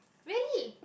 really